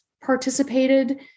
participated